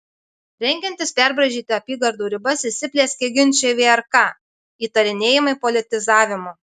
rengiantis perbraižyti apygardų ribas įsiplieskė ginčai vrk įtarinėjimai politizavimu